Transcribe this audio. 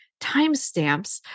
Timestamps